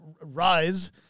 Rise